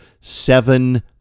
Seven